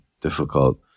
difficult